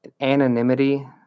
anonymity